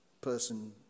person